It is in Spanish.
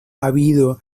habido